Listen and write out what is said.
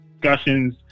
discussions